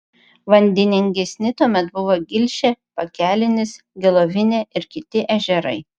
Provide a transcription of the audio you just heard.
vandeningesni tuomet buvo gilšė pakelinis gelovinė ir kiti ežerai